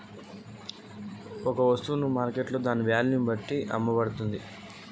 ఒక వస్తువును మార్కెట్లో ఎలా అమ్ముతరు?